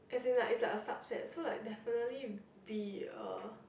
as in like it's like a subset so like definitely be a